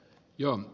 joo